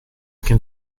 can